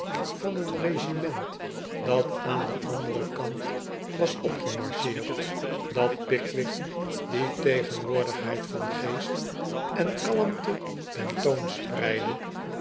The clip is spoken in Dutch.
van een regiment dat aan den anderen kant was opgemarcheerd dat pickwick die tegen woordigheid van geest en kalmte